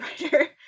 writer